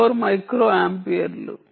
4 micro ఆంపియర్లు